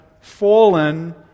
fallen